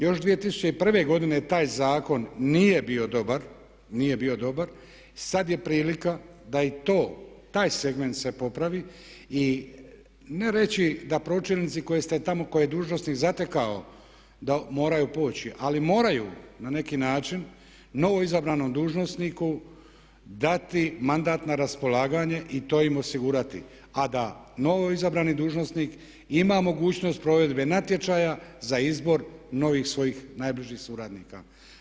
Još 2001. godine taj zakon nije bio dobar, nije bio dobar, sada je prilika da i to, taj segment se popravi i ne reći da pročelnici koje ste tamo, koje je dužnosnik zatekao da moraju proći ali moraju na neki način novoizabranom dužnosniku dati mandat na raspolaganje i to im osigurati a da novo izabrani dužnosnik ima provedbe natječaja za izbor novih svojih najbližih suradnika.